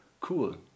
cool